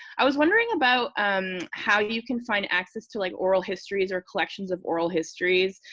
i was wondering about um how you can find access to like oral histories or collections of oral histories.